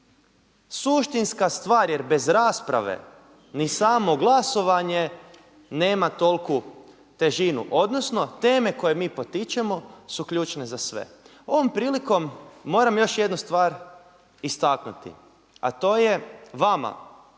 suštinska stvar jer bez rasprave ni samo glasovanje nema toliku težinu. Odnosno teme koje mi potičemo su ključne za sve. Ovom prilikom moram još jednu stvar istaknuti a to je vama